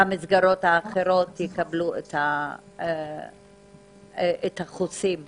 והמסגרות האחרות יקבלו את החוסים שמגיעים?